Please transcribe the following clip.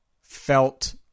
felt